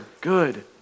Good